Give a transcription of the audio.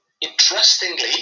interestingly